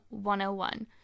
101